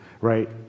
right